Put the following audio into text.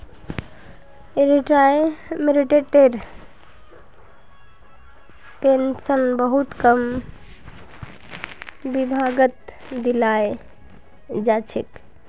रिटायर्मेन्टटेर pension बहुत कम विभागत दियाल जा छेक